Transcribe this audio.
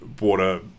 water